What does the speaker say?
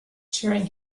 during